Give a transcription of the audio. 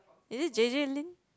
is it J_J-Lin